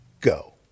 go